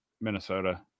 Minnesota